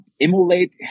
emulate